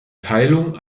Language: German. teilung